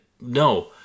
no